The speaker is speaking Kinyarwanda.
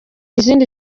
izindi